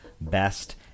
Best